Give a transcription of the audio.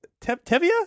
Tevia